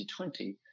2020